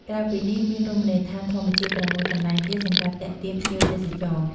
ក្រៅពីនេះមានរមនីយដ្ឋានធម្មជាតិ៦កន្លែងទៀតសម្រាប់ទាក់ទាញភ្ញៀវទេសចរណ៍។